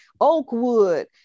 Oakwood